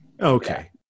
Okay